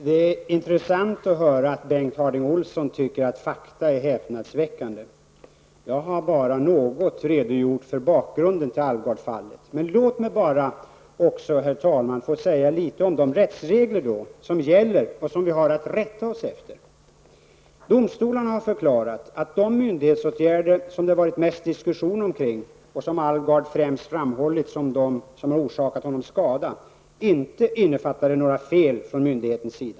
Herr talman! Det är intressant att höra att Bengt Harding Olson tycker att fakta är häpnadsväckande. Jag har bara redogjort för något av bakgrunden till Alvgardfallet. Jag vill då bara, herr talman, säga något om de rättsregler som gäller och som vi har att rätta oss efter. Domstolarna har förklarat att de myndighetsåtgärder som det varit mest diskussioner omkring och som Alvgard framhållit som dem som främst orsakat honom skada inte innefattade några fel från myndighetens sida.